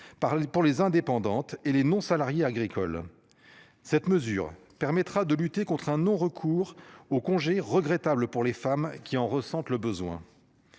pour les indépendante et les non-salariés agricoles. Cette mesure permettra de lutter contre un non-recours au congé regrettable pour les femmes qui en ressentent le besoin.